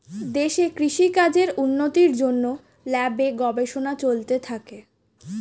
দেশে কৃষি কাজের উন্নতির জন্যে ল্যাবে গবেষণা চলতে থাকে